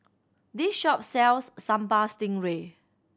this shop sells Sambal Stingray